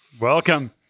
welcome